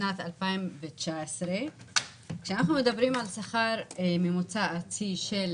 משנת 2019 אנחנו מדברים על שכר ממוצע ארצי של